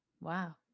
Wow